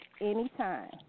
anytime